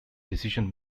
decision